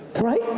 Right